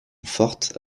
forte